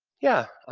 yeah, um,